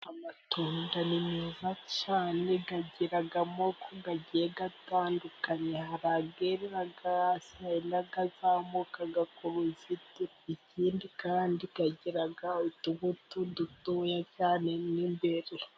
Amatunda ni meza cyane agira amoko agiye atandukanye. Hari ayerera hasi hari n'azamuka ku ruzitiro. Ikindi kandi agira utubuto dutoya cyane mo imbere.